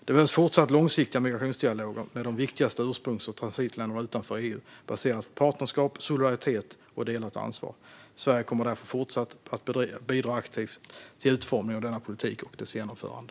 Det behövs fortsatt långsiktiga migrationsdialoger med de viktigaste ursprungs och transitländerna utanför EU, baserat på partnerskap, solidaritet och delat ansvar. Sverige kommer därför fortsatt att bidra aktivt till utformningen av denna politik och dess genomförande.